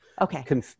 Okay